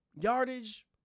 Yardage